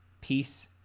peace